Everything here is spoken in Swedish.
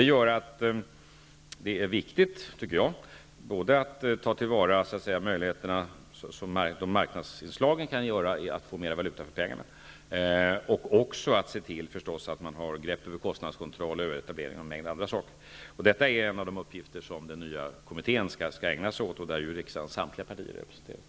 Det gör att det är viktigt både att ta till vara de möjligheter som marknadsinslagen kan ge att få mera valuta för pengarna och att se till att man har grepp över kostnadskontroll, överetablering och en mängd andra saker. Detta är en av de uppgifter som den nya kommittén skall ägna sig åt, och där är ju riksdagens samtliga partier representerade.